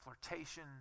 flirtation